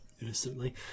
innocently